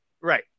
right